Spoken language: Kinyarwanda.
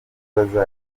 bazajya